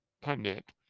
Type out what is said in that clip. pundit